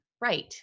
Right